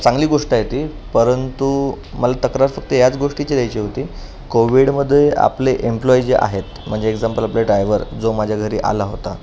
चांगली गोष्ट आहे ती परंतु मला तक्रार फक्त याच गोष्टीची द्यायची होती कोविडमध्ये आपले एम्प्लॉयी जे आहेत म्हणजे एक्झाम्पल आपला डायव्हर जो माझ्या घरी आला होता